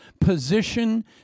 position